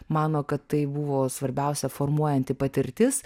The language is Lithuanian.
mano kad tai buvo svarbiausia formuojanti patirtis